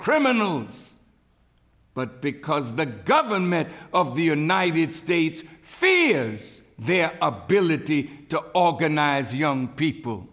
criminals but because the government of the united states fia is their ability to organize young people